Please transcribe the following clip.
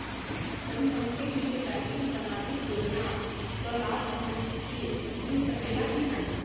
तनि हमके इ बताईं की सामाजिक योजना क लाभ हमके मिल सकेला की ना?